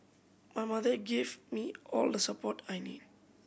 my mother gave me all the support I need